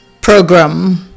program